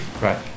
Right